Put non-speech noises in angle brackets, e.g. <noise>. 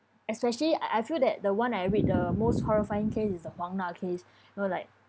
especially I I feel that the one I read the most horrifying case is the huang na case <breath> you know like